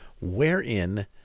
wherein